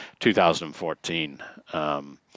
2014